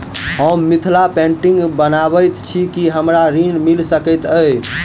हम मिथिला पेंटिग बनाबैत छी की हमरा ऋण मिल सकैत अई?